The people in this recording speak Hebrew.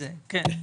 כן.